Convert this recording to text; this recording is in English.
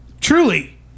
Truly